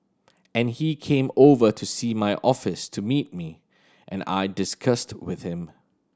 and he came over to see my office to meet me and I discussed with him